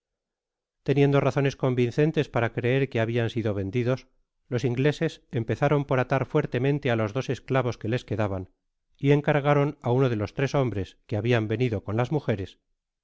teniendo cazones convincentes para creer que habian sido vendidos los ingleses empezaron por atar fuertemente á los dos esclavos que les quedaban y encargaron á uno de los tres hombres que habian venido con las mujeres